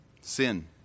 sin